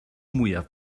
mwyaf